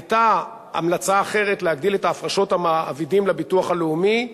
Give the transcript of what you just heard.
היתה המלצה אחרת להגדיל את הפרשות המעבידים לביטוח הלאומי,